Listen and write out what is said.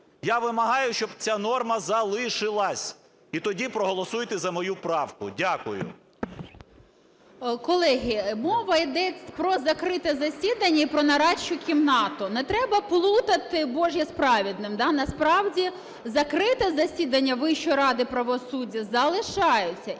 Я вимагаю, щоб ця норма залишилася! І тоді проголосуйте за мою правку. Дякую. 11:06:04 ВЕНЕДІКТОВА І.В. Колеги, мова йде про закрите засідання і про нарадчу кімнату, не треба плутати "божье" з "праведным". Насправді закрите засідання Вищої ради правосуддя залишається,